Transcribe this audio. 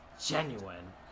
genuine